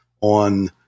on